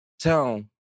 Town